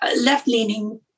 left-leaning